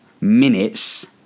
minutes